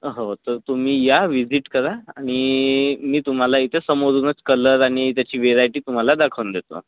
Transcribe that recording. हो तर तुम्ही या विसीट करा आणि मी तुम्हाला इथे समोरूनच कलर आणि त्याची वेरायटी तुम्हाला दाखवून देतो